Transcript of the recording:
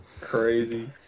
Crazy